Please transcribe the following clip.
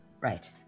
Right